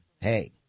hey